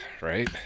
Right